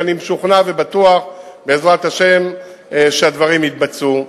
ואני משוכנע בעזרת השם שהדברים יתבצעו.